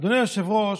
אדוני היושב-ראש,